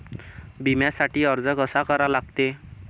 बिम्यासाठी अर्ज कसा करा लागते?